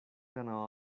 ganado